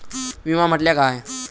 विमा म्हटल्या काय?